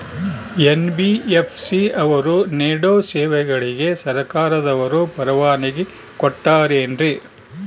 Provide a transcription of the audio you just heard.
NBFC ಅವರು ನೇಡೋ ಸೇವೆಗಳಿಗೆ ಸರ್ಕಾರದವರು ಪರವಾನಗಿ ಕೊಟ್ಟಾರೇನ್ರಿ?